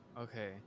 Okay